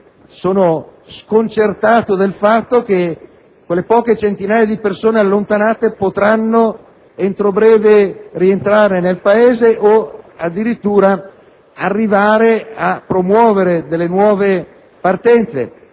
Sono sconcertato del fatto che le poche centinaia di persone allontanate potranno entro breve tempo rientrare nel Paese o addirittura arrivare a promuovere nuove partenze.